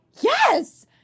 yes